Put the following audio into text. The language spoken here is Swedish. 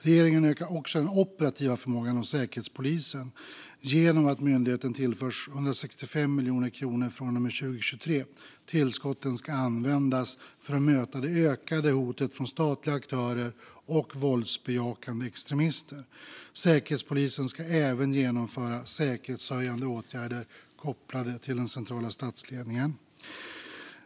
Regeringen ökar också den operativa förmågan hos Säkerhetspolisen genom att myndigheten tillförs 165 miljoner kronor från och med 2023. Tillskotten ska användas för att möta det ökade hotet från statliga aktörer och våldsbejakande extremister. Säkerhetspolisen ska även genomföra säkerhetshöjande åtgärder kopplade till den centrala statsledningen.